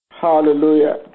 Hallelujah